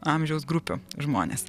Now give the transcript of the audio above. amžiaus grupių žmones